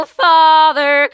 father